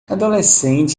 adolescentes